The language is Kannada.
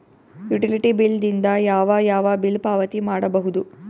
ಯುಟಿಲಿಟಿ ಬಿಲ್ ದಿಂದ ಯಾವ ಯಾವ ಬಿಲ್ ಪಾವತಿ ಮಾಡಬಹುದು?